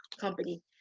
company